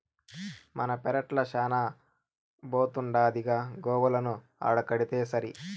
మన పెరట్ల శానా బోతుండాదిగా గోవులను ఆడకడితేసరి